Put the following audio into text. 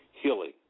Healing